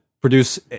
produce